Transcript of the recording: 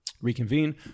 reconvene